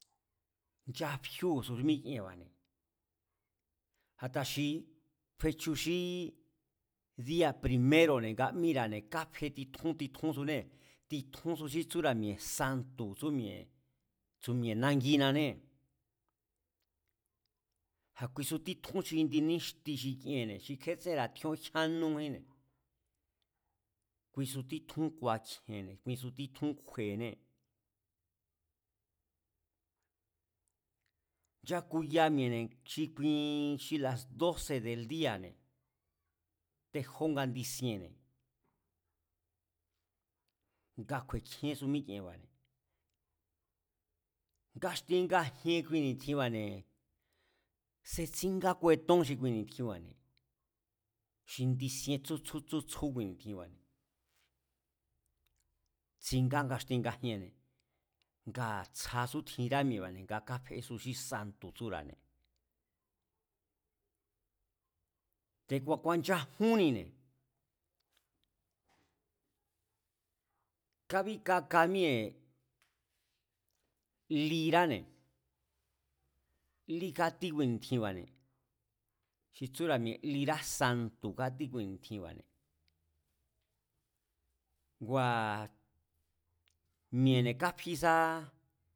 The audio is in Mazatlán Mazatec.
Nchafíu̱su míkienba̱ne̱, a̱ta xi fechu xíí día̱ pri̱méro̱ne̱ nga míra̱ kafe titjún titjúnsunée̱, titjúsu xí tsúra̱ mi̱e̱ santu̱ tsú mi̱e̱, tsú mi̱e̱ nanginanée̱, a̱kuisu títjún xi indi níxti xi kienne̱ xi kjetsénra̱ tjíón jyán nújínne̱, kuisu títjún ku̱a̱kji̱e̱ne̱, kuisu títjún kju̱e̱enée̱. Nchakuya mi̱e̱ne̱ xi kui xi la̱s dóse̱ de̱l día̱ne̱, tejó nga nchisienne̱ nga kju̱e̱kjínsu míkienba̱ne̱, gaxtien ngajien kui ni̱tjinba̱ne̱, setsíngá kuetón xi kui ni̱tjinba̱ne̱, xi nchisien tsjútsjú xi kui ni̱tjinba̱ne̱, ngaxtien ngajien xi kui ni̱tjinba̱ne̱, setsíngá kuetón xi kui ni̱tjinba̱ne̱ xi nchisien tsjú tsjú kui ni̱tjinba̱ne̱, tsingá ngaxtien ngajienne̱, ngaa̱ tsjasú tjinra mi̱e̱ne̱ nga kafe xi santu̱ tsúra̱ne̱, te̱ku̱a̱ ku̱a̱nchajúnnine̱, kabíkaka míée̱ lirane̱, lí kátí kui ni̱tjinba̱ne̱ xi tsúra̱ mi̱e̱ lirá santu̱ kátí kui ni̱tjinba̱ne̱, ngua̱ mi̱e̱ne̱ kafí sáá